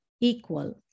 equal